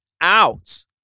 out